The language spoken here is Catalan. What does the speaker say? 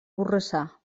borrassà